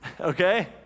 okay